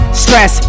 stress